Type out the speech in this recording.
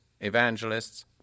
evangelists